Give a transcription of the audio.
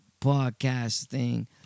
podcasting